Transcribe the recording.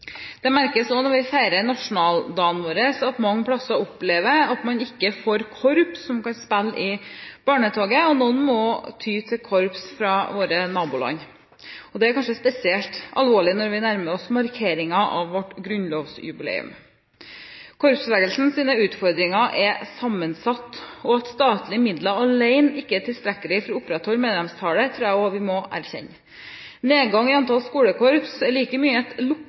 vår, merkes det også at de mange plasser opplever å ikke få korps som kan spille i barnetoget. Noen må ty til korps fra våre naboland. Det er kanskje spesielt alvorlig når vi nærmer oss markeringen av vårt grunnlovsjubileum. Korpsbevegelsens utfordringer er sammensatte, og at statlige midler alene ikke er tilstrekkelig for å opprettholde medlemstallet, tror jeg også vi må erkjenne. Nedgangen i antallet skolekorps er like mye et